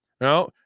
No